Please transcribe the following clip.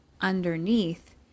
underneath